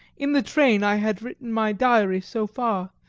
in the train i had written my diary so far,